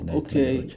okay